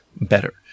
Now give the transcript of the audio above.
better